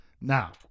Now